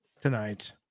tonight